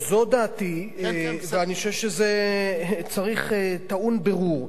אז זו דעתי, ואני חושב שזה טעון בירור.